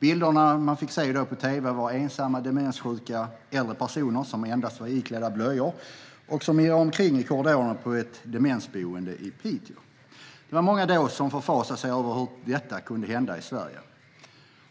Bilderna man fick se på tv var ensamma demenssjuka äldre personer som endast var iklädda blöjor och som irrade omkring i korridorerna på ett demensboende i Piteå. Det var många då som förfasade sig över att det kunde hända i Sverige.